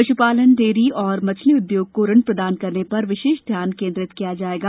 पशपालन dairy और मछली उद्योग को ऋण प्रदान करने पर विशेष ध्यान केन्द्रित किया जायेगा